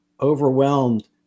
overwhelmed